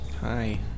Hi